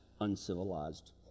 uncivilized